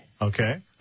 Okay